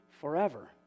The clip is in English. forever